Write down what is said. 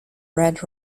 red